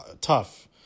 tough